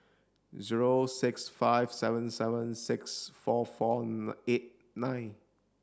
zero six five seven seven six four four eight nine